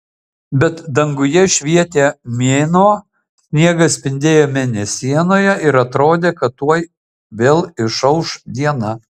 bet danguje švietė mėnuo sniegas spindėjo mėnesienoje ir atrodė kad tuoj vėl išauš diena